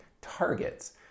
targets